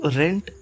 rent